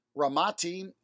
Ramati